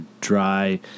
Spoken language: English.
dry